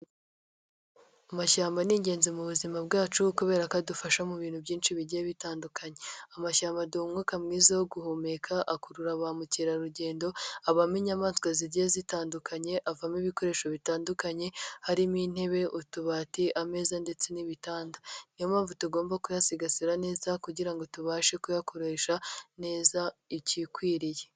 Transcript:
Amashyamba ni ingenzi mu buzima bwacu kubera ko adufasha mu bintu byinshi bigiye bitandukanye. Amashyamba aduha umwuka mwiza wo guhumeka, akurura ba mukerarugendo, abamo inyamaswa zigiye zitandukanye, avamo ibikoresho bitandukanye, harimo intebe, utubati, ameza, ndetse n'ibitanda. Niyo mpamvu tugomba kuyasigasira neza, kugira ngo tubashe kuyakoresha neza igikwiriye.